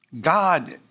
God